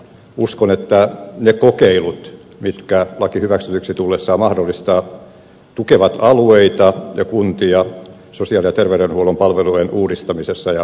uskon että ne kokeilut mitkä laki hyväksytyksi tullessaan mahdollistaa tukevat alueita ja kuntia sosiaali ja terveydenhuollon palveluiden uudistamisessa ja kehittämisessä